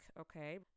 Okay